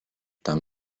tam